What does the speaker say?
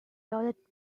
loaded